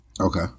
Okay